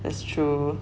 that's true